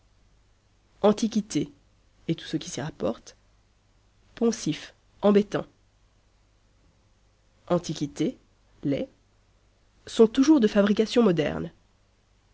antiquité et tout ce qui s'y rapporte poncif embêtant antiquités les sont toujours de fabrication moderne